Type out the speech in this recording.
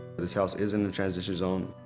this house is in the transition zone.